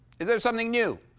is there something new?